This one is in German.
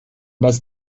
das